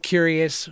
Curious